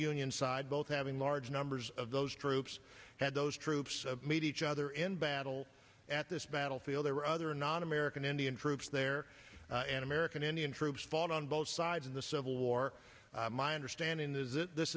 side both having large numbers of those troops had those troops meet each other in battle at this battlefield there were other non american indian troops there and american indian troops fought on both sides in the civil war my understanding is that this